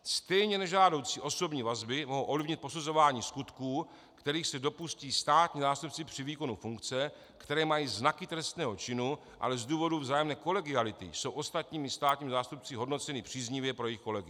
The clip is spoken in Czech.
Stejně nežádoucí osobní vazby mohou ovlivnit posuzování skutků, kterých se dopustí státní zástupci při výkonu funkce, které mají znaky trestného činu, ale z důvodu vzájemné kolegiality jsou ostatními státními zástupci hodnoceny příznivě pro jejich kolegy.